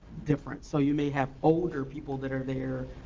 difference. so you may have older people that are there